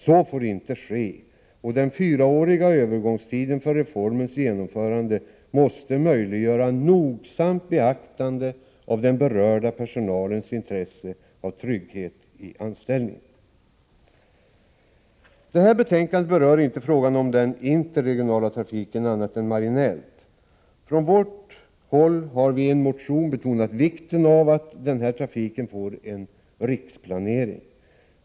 Så får inte ske, och den fyraåriga övergångstiden för reformens genomförande måste möjliggöra nogsamt beaktande av den berörda personalens intresse av trygghet i anställningen. Detta betänkande berör inte frågan om den interregionala trafiken annat än marginellt. Från vårt håll har vi i en motion betonat vikten av att även denna trafik får en riksplanering.